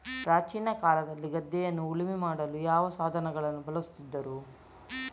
ಪ್ರಾಚೀನ ಕಾಲದಲ್ಲಿ ಗದ್ದೆಯನ್ನು ಉಳುಮೆ ಮಾಡಲು ಯಾವ ಸಾಧನಗಳನ್ನು ಬಳಸುತ್ತಿದ್ದರು?